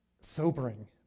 sobering